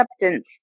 acceptance